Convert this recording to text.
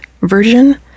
version